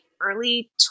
early